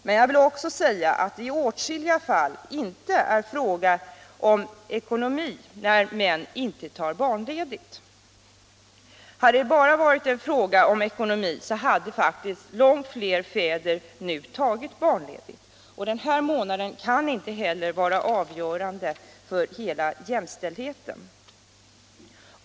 Man jag vill också säga att det i åtskilliga fall inte ären —L ekonomisk fråga när män inte tar barnledigt. Hade det varit enbart en = Föräldraförsäkringfråga om ekonomi hade långt fler fäder nu tagit sådan ledighet. Den = en, m.m. månaden kan inte heller vara avgörande för jämställdheten.